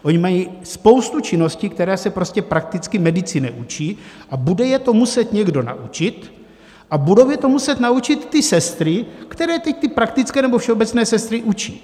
Ony mají spoustu činností, které se prostě prakticky medici neučí, a bude je to muset někdo naučit, a budou je to muset naučit ty sestry, které teď ty praktické nebo ty všeobecné sestry učí.